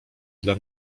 dla